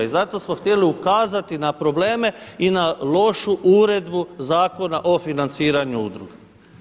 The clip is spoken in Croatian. I zato smo htjeli ukazati na probleme i na lošu uredbu Zakona o financiranju udruga.